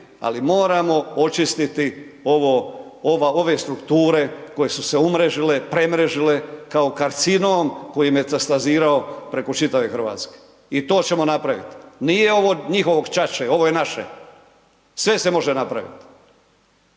ali moramo očistiti ove strukture koje su se umrežile, premrežile kao karcinom koji je metastazirao preko čitave Hrvatske. I to ćemo napraviti. Nije ovo od njihovog ćaće, ovo je naše. Sve se može napraviti.